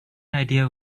idea